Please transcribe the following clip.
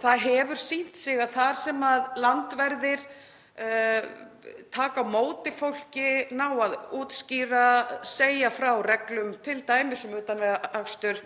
Það hefur sýnt sig að þar sem landverðir taka á móti fólki, ná að útskýra, segja frá reglum, til dæmis um utanvegaakstur,